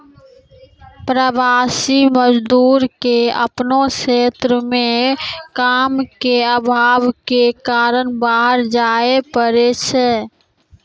प्रवासी मजदूर क आपनो क्षेत्र म काम के आभाव कॅ कारन बाहर जाय पड़ै छै